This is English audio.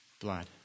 blood